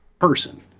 person